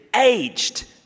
aged